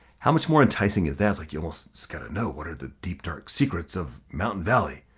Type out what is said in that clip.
how much more enticing is that, it's like you almost just gotta know what are the deep dark secrets of mountain valley.